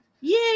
Yay